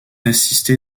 assisté